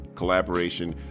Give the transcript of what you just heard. collaboration